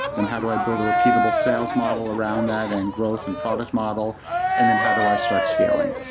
then how do i build a repeatable sales model around that and growth and product model and then how do i start scaling.